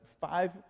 five